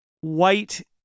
white